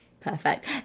Perfect